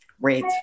Great